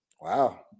Wow